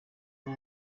nta